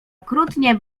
okrutnie